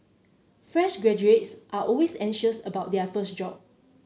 fresh graduates are always anxious about their first job